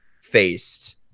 faced